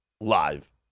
live